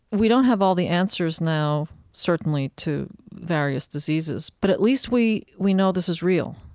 we don't have all the answers now, certainly, to various diseases, but at least we we know this is real.